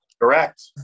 correct